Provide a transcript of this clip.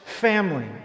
family